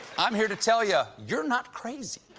i'm here to tell you, you're not crazy.